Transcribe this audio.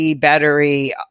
battery